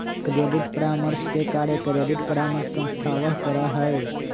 credit परामर्श के कार्य क्रेडिट परामर्श संस्थावह करा हई